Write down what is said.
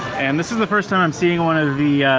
and this is the first time i'm seeing one of the,